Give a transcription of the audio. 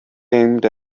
aimed